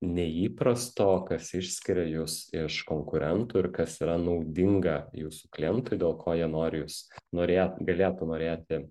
neįprasto kas išskiria jus iš konkurentų ir kas yra naudinga jūsų klientui dėl ko jie nori jus norė galėtų norėti